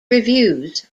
reviews